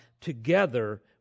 together